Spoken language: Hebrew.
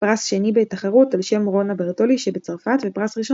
פרס שני בתחרות ע"ש רונה ברטולי שבצרפת ופרס ראשון